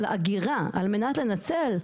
אגירה, על מנת לנצל.